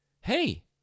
hey